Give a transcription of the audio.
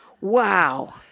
Wow